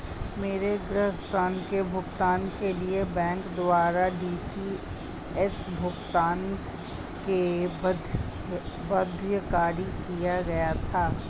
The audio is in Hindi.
मेरे गृह ऋण के भुगतान के लिए बैंक द्वारा इ.सी.एस भुगतान को बाध्यकारी किया गया था